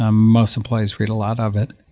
ah most employees read a lot of it